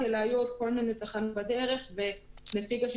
אלא היו עוד כל מיני תחנות בדרך.